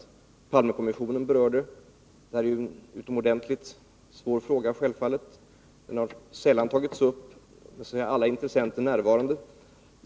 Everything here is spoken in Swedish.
Palmekommissionen berörde den också. Detta är självfallet en utomordentligt svår fråga. Den har sällan tagits upp med alla intressenter närvarande.